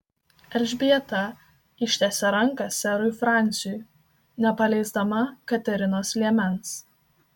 elžbieta ištiesė ranką serui fransiui nepaleisdama katerinos liemens